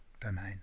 domain